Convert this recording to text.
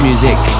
music